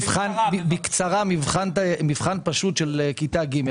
בקצרה מבחן פשוט של כיתה ג'.